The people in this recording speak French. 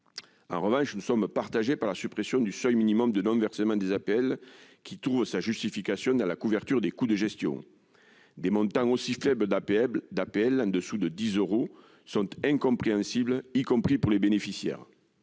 En revanche, nous sommes partagés sur la suppression du seuil minimal de non-versement des APL, qui trouve sa justification dans la couverture des coûts de gestion. Des montants aussi faibles d'APL, en deçà de 10 euros, sont incompréhensibles, y compris pour les bénéficiaires.